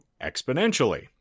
exponentially